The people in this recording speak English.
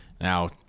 Now